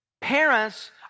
Parents